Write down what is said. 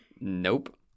Nope